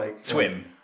swim